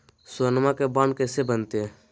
सोनमा के बॉन्ड कैसे बनते?